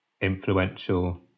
influential